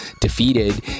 defeated